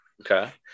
okay